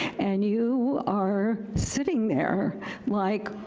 and you are sitting there like,